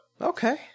Okay